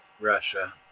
russia